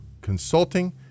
consulting